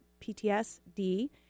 PTSD